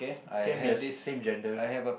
can it be a sa~ same gender